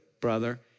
brother